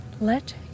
Let